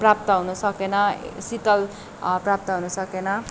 प्राप्त हुन सकेन शीतल प्राप्त हुन सकेन